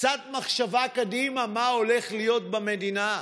קצת מחשבה קדימה מה הולך להיות במדינה.